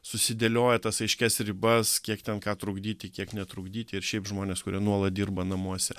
susidėlioja tas aiškias ribas kiek ten ką trukdyti kiek netrukdyti ir šiaip žmonės kurie nuolat dirba namuose